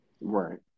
Right